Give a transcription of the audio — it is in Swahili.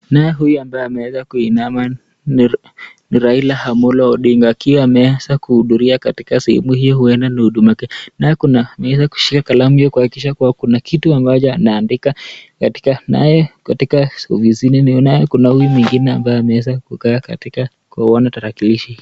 Naye huyu ambaye ameweza kuinama, ni Raila Amolo Odinga akiwa ameweza kuhudhuria katika sehemu hiyo uenda ni huduma Kenya. Naye kuna ameweza kuishika kalamu kuakikisha kuna kitu ambayo anaandika katika ofisini . Naye kuna huyu mwingine ambaye ameweza kuikaa katika kuiona tarakilishi.